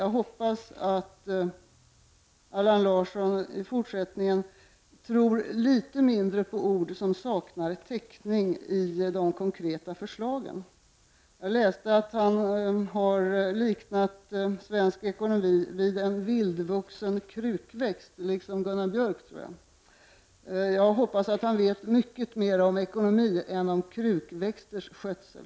Jag hoppas att Allan Larsson i fortsättningen tror litet mindre på ord som saknar täckning i de konkreta förslagen. Jag läste att Allan Larsson — liksom Gunnar Björk, tror jag — har liknat svensk ekonomi vid en vildvuxen krukväxt. Jag hoppas att Allan Larsson vet mycket mer om ekonomi än om krukväxters skötsel.